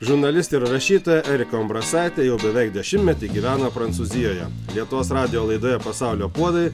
žurnalistė rašytoja erika umbrasaitė jau beveik dešimtmetį gyvena prancūzijoje lietuvos radijo laidoje pasaulio puodai